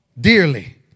dearly